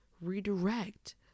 redirect